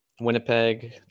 Winnipeg